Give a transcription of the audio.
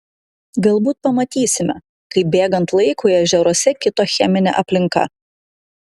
galbūt pamatysime kaip bėgant laikui ežeruose kito cheminė aplinka